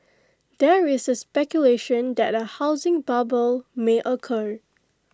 there is speculation that A housing bubble may occur